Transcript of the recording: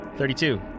Thirty-two